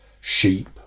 sheep